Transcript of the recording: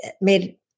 made